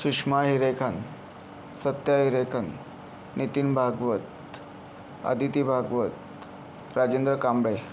Sushma Hirekan Satya Hirekan Nitin Bhagwat Aditi Bhagwat Rajendra Kamble